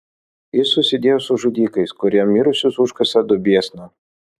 jis susidėjo su žudikais kurie mirusius užkasa duobėsna